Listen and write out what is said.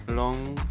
long